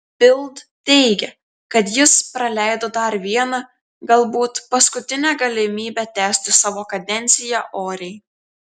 bild teigė kad jis praleido dar vieną galbūt paskutinę galimybę tęsti savo kadenciją oriai